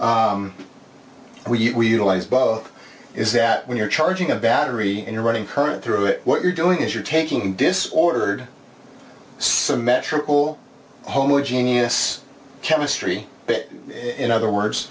know is that when you're charging a battery and running current through it what you're doing is you're taking disordered symmetrical homogeneous chemistry bit in other words